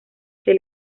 que